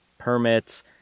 permits